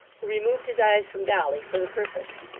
who removed his eyes from dolly for the purpose.